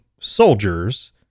soldiers